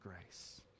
grace